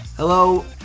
Hello